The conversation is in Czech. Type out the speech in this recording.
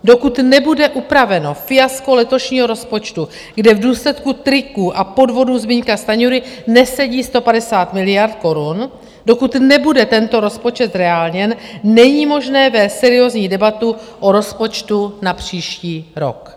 Dokud nebude upraveno fiasko letošního rozpočtu, kde v důsledku triků a podvodů Zbyňka Stanjury nesedí 150 miliard korun, dokud nebude tento rozpočet zreálněn, není možné vést seriózní debatu o rozpočtu na příští rok.